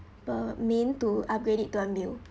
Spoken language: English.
per main to upgrade it to a meal